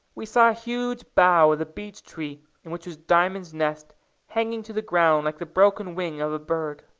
we saw a huge bough of the beech-tree in which was diamond's nest hanging to the ground like the broken wing of a bird.